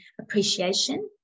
appreciation